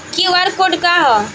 QR code का ह?